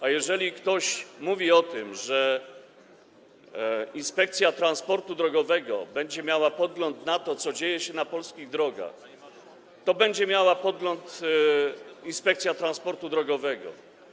A jeżeli ktoś mówi o tym, że Inspekcja Transportu Drogowego będzie miała podgląd na to, co dzieje się na polskich drogach, to będzie miała podgląd Inspekcja Transportu Drogowego.